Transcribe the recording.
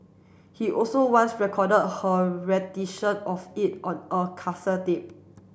he also once record her rendition of it on a